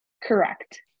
Correct